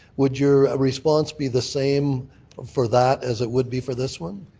would your response be the same for that as it would be for this one?